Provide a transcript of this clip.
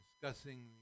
discussing